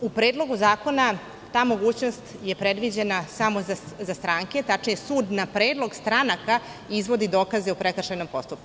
U Predlogu zakona ta mogućnost je predviđena samo za stranke, tačnije sud na predlog stranaka izvodi dokaze o prekršajnom postupku.